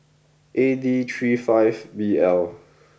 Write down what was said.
A D three five B L